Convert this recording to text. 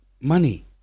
money